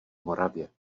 moravě